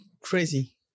crazy